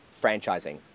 franchising